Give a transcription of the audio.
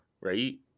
right